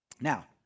Now